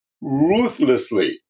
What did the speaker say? ruthlessly